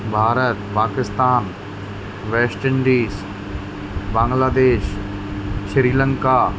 Bharat Pakistan West Indies Bangladesh Sri Lanka